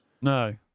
No